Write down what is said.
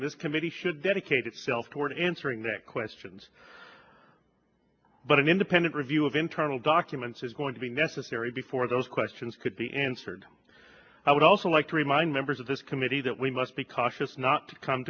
in this witi should dedicate itself toward answering that questions but an independent review of internal documents is going to be necessary before those questions could be answered i would also like to remind members of this committee that we must be cautious not to come